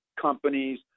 companies